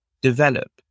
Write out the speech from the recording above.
develop